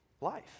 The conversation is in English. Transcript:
life